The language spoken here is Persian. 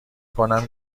کنم